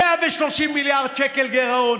130 מיליארד שקל גירעון,